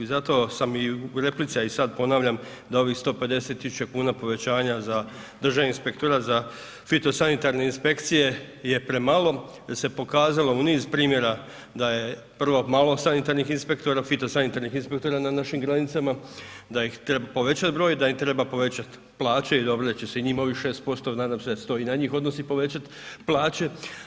I zato sam i u replici a i sad ponavljam da ovih 150 tisuća kuna povećanja za Državni inspektora, za fitosanitarne inspekcije je premalo jer se pokazalo u niz primjera da je prvo malo sanitarnih inspektora, fitosanitarnih inspektora na našim granicama, da ih treba povećati broj, da im treba povećati plaće i dobro da će se i njima ovih 6%, nadam se da se to i na njih odnosi povećati plaće.